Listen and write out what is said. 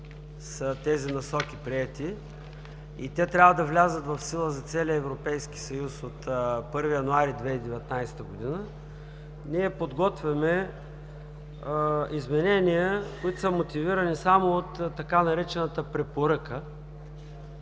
дата 14 ноември и те трябва да влязат в сила за целия Европейски съюз от 1 януари 2019 г., ние подготвяме изменения, които са мотивирани само от така наречената „препоръка“,